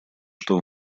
что